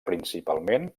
principalment